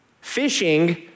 fishing